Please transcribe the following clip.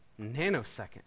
nanosecond